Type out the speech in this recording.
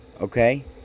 Okay